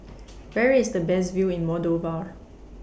Where IS The Best View in Moldova